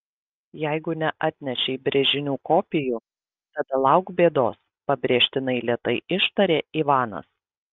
jeigu neatnešei brėžinių kopijų tada lauk bėdos pabrėžtinai lėtai ištarė ivanas